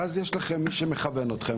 ואז יש לכם מי שמכוון אתכם.